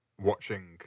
watching